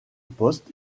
poste